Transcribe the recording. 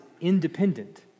independent